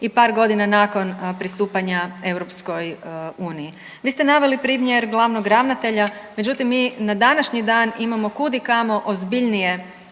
i par godina nakon pristupanja EU. Vi ste naveli primjer glavnog ravnatelja, međutim mi na današnji dan imamo kud i kamo ozbiljnije